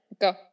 Go